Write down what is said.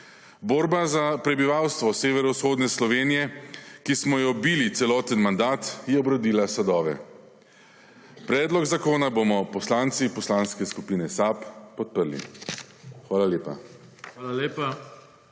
Borba za prebivalstvo severovzhodne Slovenije, ki smo jo bili celoten mandat, je obrodila sadove. Predlog zakona bomo poslanci Poslanske skupine SAB podprli. Hvala lepa.